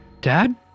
Dad